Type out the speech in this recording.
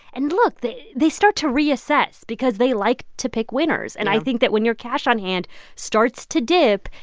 and look. they they start to reassess because they like to pick winners yeah and i think that when your cash on hand starts to dip,